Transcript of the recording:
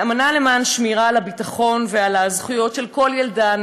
אמנה למען שמירה על הביטחון ועל הזכויות של כל ילדה,